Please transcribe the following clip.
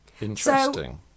interesting